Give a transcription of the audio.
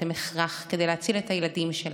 הם הכרח כדי להציל את הילדים שלנו.